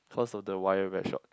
cause of the wire very short